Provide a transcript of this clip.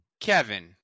Kevin